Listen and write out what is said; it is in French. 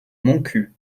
montcuq